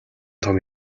том